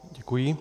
Děkuji.